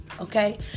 Okay